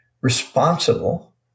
responsible